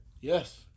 Yes